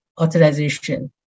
authorization